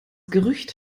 gerücht